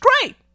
great